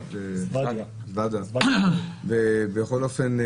ובכל אופן,